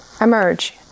Emerge